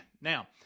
Now